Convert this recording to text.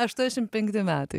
aštuoniasdešim penkti metai